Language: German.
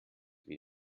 wie